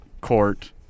court